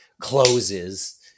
closes